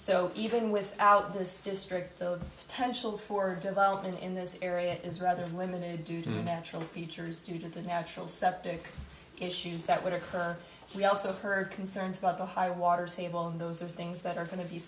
so even without this district the potential for development in this area is rather limited due to natural features student the natural septic issues that would occur we also heard concerns about the high water table and those are things that are going to be